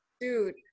Dude